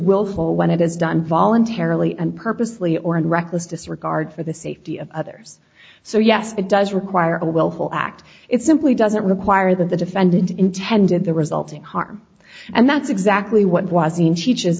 willful when it is done voluntarily and purposely or and reckless disregard for the safety of others so yes it does require a willful act it simply doesn't require that the defendant intended the resulting harm and that's exactly what